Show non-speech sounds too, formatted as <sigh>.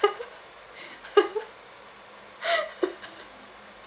<laughs>